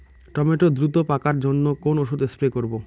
Tomato দ্রুত পাকার জন্য কোন ওষুধ স্প্রে করব?